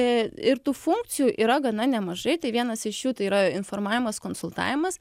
ir tų funkcijų yra gana nemažai tai vienas iš jų tai yra informavimas konsultavimas